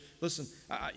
Listen